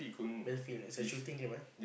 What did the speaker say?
battlefield it's like shooting game eh